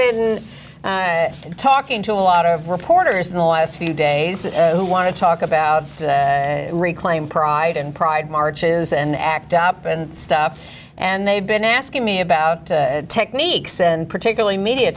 feel talking to a lot of reporters in the last few days who want to talk about reclaim pride and pride march is an act up and stuff and they've been asking me about techniques and particularly media